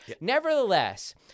Nevertheless